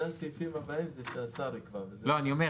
כאן מנויים